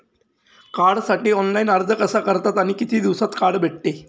कार्डसाठी ऑनलाइन अर्ज कसा करतात आणि किती दिवसांत कार्ड भेटते?